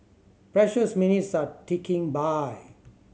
precious minutes are ticking by